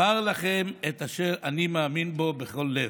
אומר לכם את אשר אני מאמין בו בכל לב.